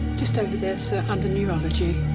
just over there, sir, under neurology.